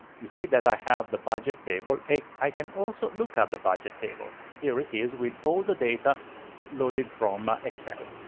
you see that i have the budget table. i can also look at the budget table. here it is with all the data loaded from excel.